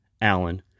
Allen